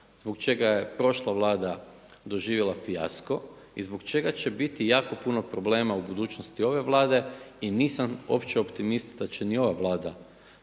zbog čega je prošla Vlada doživjela fijasko i zbog čega će biti jako puno problema u budućnosti ove Vlade. I nisam uopće optimist da će i ova Vlada